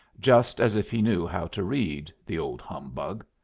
just as if he knew how to read, the old humbug!